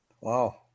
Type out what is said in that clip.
Wow